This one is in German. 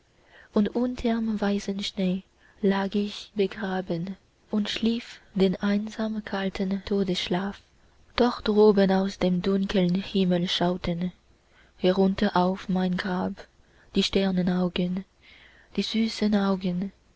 und unterm weißen schnee lag ich begraben und schlief den einsam kalten todesschlaf doch droben aus dem dunkeln himmel schauten herunter auf mein grab die sternenaugen die süßen augen